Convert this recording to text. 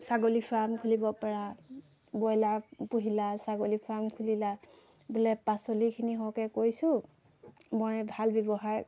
ছাগলী ফাৰ্ম খুলিব পৰা ব্ৰইলাৰ পুহিলা ছাগলী ফাৰ্ম খুলিলা বোলে পাচলিখিনি সৰহকৈ কৰিছোঁ মই ভাল ব্যৱসায়